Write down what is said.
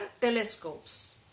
telescopes